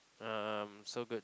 um so good